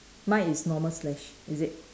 mine is normal slash is it